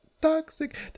Toxic